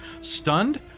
stunned